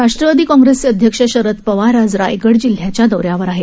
राष्ट्रवादी काँग्रेसचे अध्यक्ष शरद पवार आज रायगड जिल्ह्याच्या दौऱ्यावर आहेत